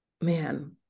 man